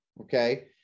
okay